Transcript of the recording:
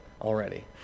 already